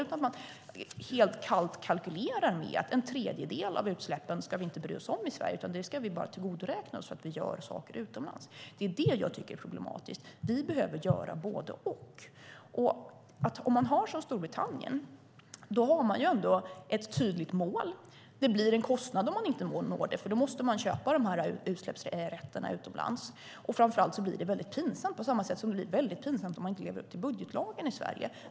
Man kalkylerar helt kallt med att en tredjedel av utsläppen ska vi inte bry oss om i Sverige, utan vi ska bara tillgodoräkna oss att vi gör saker utomlands. Det är det jag tycker är problematiskt. Vi är beredda att göra både och. I Storbritannien har man ändå ett tydligt mål. Det blir en kostnad om man inte når målet, för då måste man köpa utsläppsrätterna utomlands. Framför allt blir det väldigt pinsamt, på samma sätt som det blir väldigt pinsamt om man inte lever upp till budgetlagen i Sverige.